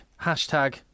hashtag